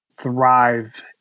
thrive